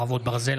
חרבות ברזל),